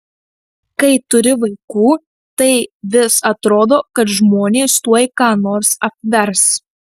kai turi vaikų tai vis atrodo kad žmonės tuoj ką nors apvers